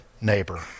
neighbor